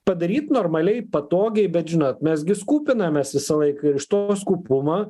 padaryt normaliai patogiai bet žinot mes gi skūpinamės visą laiką ir iš to skūpumo